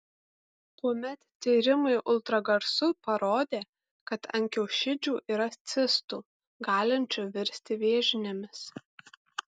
tuomet tyrimai ultragarsu parodė kad ant kiaušidžių yra cistų galinčių virsti vėžinėmis